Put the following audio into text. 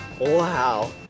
Wow